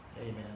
Amen